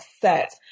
set